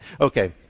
Okay